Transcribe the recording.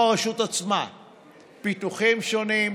הרשות עצמה פיתוחים שונים,